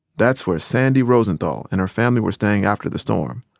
that's where sandy rosenthal and her family were staying after the storm.